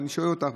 ואני שואל אותך,